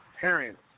parents